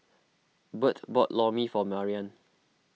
Bert bought Lor Mee for Marian